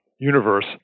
universe